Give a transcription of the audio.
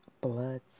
blood